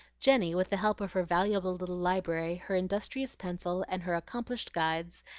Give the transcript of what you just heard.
jenny, with the help of her valuable little library, her industrious pencil, and her accomplished guides,